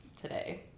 today